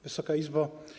Wysoka Izbo!